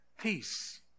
peace